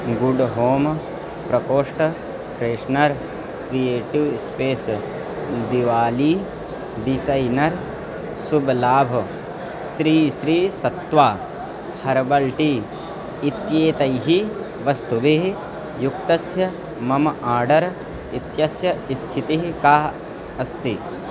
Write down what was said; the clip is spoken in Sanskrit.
गुड् हों प्रकोष्ठः फ़्रेश्नर् क्रियेटिव् स्पेस् दीपावलिः डिसैनर् शुभः लाभः श्रीः श्रीः तत्वा हर्बल् टी इत्येतैः वस्तुभिः युक्तस्य मम आर्डर् इत्यस्य स्थितिः का अस्ति